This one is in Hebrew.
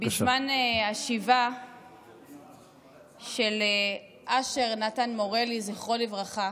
בזמן השבעה של אשר נתן מורלי, זכרו לברכה,